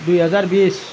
দুইহেজাৰ বিছ